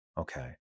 Okay